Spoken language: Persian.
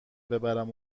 ببرم